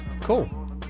Cool